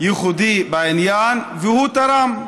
ייחודי בעניין, והוא תרם.